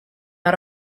out